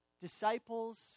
Disciples